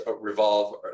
revolve